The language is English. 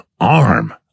arm